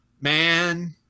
Man